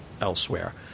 elsewhere